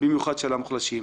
שלהם בתקופה זו.